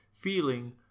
Feeling